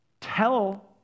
tell